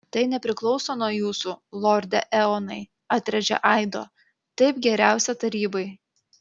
tai nepriklauso nuo jūsų lorde eonai atrėžė aido taip geriausia tarybai